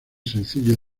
sencillo